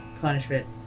punishment